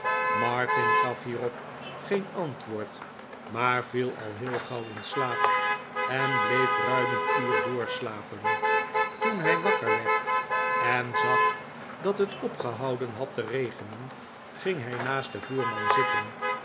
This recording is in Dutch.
martin gaf hierop geen antwoord maar viel al heel gauw in slaap en bleef ruim een uur doorslapen toen hij wakker werd en zag dat het opgehouden had te regenen ging hij naast den voerman zitten